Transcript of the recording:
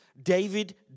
David